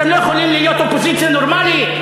אתם לא יכולים להיות אופוזיציה נורמלית,